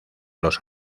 los